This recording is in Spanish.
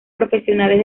profesionales